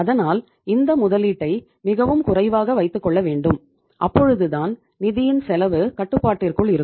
அதனால் இந்த முதலீட்டை மிகவும் குறைவாக வைத்துக் கொள்ள வேண்டும் அப்பொழுதுதான் நிதியின் செலவு கட்டுப்பாட்டிற்குள் இருக்கும்